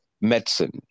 medicine